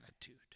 attitude